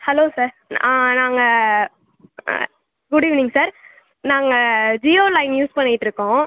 hello sir நாங்கள் good evening sir நாங்கள் Jio line use பண்ணிட்டிருக்கோம்